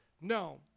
No